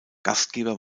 gastgeber